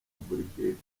brig